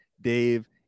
dave